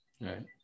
Right